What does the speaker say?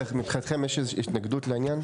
מבחינתכם יש איזו שהיא התנגדות לעניין?